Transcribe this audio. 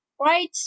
right